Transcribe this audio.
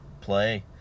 play